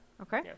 okay